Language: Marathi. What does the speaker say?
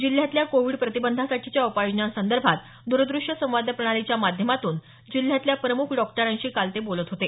जिल्ह्यातल्या कोविड प्रतिबंधासाठीच्या उपाययोजनासंदभांत दूरदृष्य संवाद प्रणालीच्या माध्यमातून जिल्ह्यातल्या प्रमुख डॉक्टरांशी काल ते बोलत होते